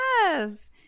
yes